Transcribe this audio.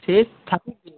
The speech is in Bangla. সে থাকুক গে